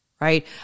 right